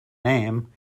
name